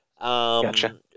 Gotcha